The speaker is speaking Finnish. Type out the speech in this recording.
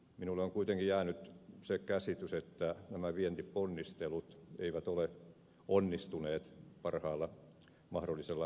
minulle on kuitenkin jäänyt se käsitys että nämä vientiponnistelut eivät ole onnistuneet parhaalla mahdollisella tavalla